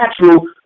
natural